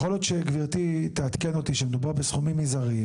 יכול להיות שגברתי תעדכן אותי שמדובר בסכומים מזעריים.